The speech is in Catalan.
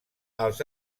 els